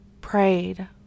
prayed